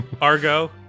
Argo